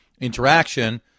interaction